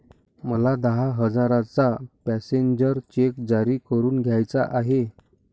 मला दहा हजारांचा पॅसेंजर चेक जारी करून घ्यायचा आहे